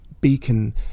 beacon